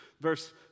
Verse